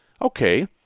Okay